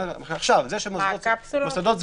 מוסדות סגורים,